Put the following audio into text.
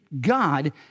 God